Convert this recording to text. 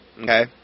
Okay